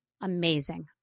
amazing